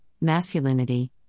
masculinity